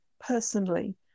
personally